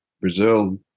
Brazil